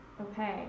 okay